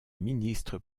ministre